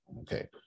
Okay